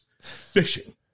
fishing